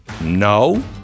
no